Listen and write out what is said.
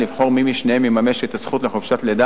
לבחור מי משניהם יממש את הזכות לחופשת לידה